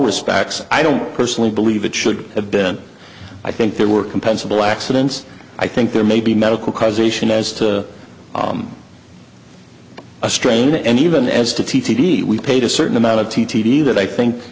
respects i don't personally believe it should have been i think there were compensable accidents i think there may be medical causation as to a strain and even as to t t d we paid a certain amount of t t t that i think